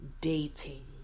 dating